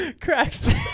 Correct